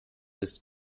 ist